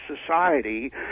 society